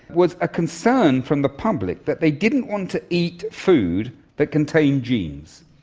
was a concern from the public that they didn't want to eat food that contains genes.